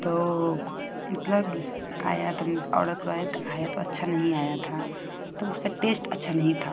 तो मतलब आया तो ऑर्डर करवाया तो आया तो अच्छा नहीं आया था मतलब उसका टेस्ट अच्छा नहीं था